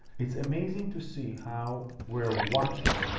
it's amazing to see how we're watching,